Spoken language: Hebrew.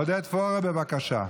עודד פורר, בבקשה.